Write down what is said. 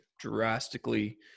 drastically